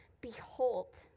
behold